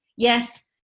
Yes